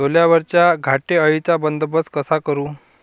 सोल्यावरच्या घाटे अळीचा बंदोबस्त कसा करू?